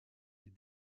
est